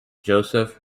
joseph